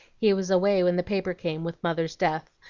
he was away when the paper came with mother's death,